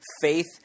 Faith